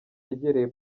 yegereye